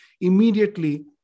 immediately